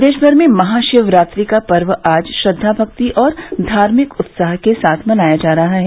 प्रदेशभर में महाशिवरात्रि का पर्व आज श्रद्वा भक्ति और धार्मिक उत्साह के साथ मनाया जा रहा है